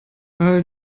all